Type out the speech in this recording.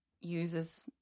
uses